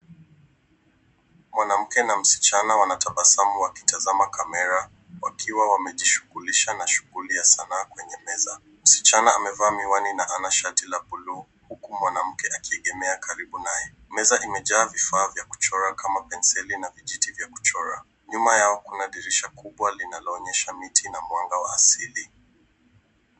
Mwanamke na msichana wanatabasamu wakitazama kamera wakiwa wamejishughulisha na shughuli ya sanaa kwenye meza. Msichana amevaa miwani na ana shati la bluu huku mwanamke akiegemea karibu naye. Meza imejaa vifaa vya kuchora kama penseli na vijiti vya kuchora. Nyuma yao kuna dirisha kubwa linaloonyeshe miti na mwanga wa asili.